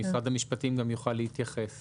אם גם משרד המשפטים יוכל להתייחס